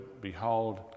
behold